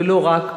ולא רק,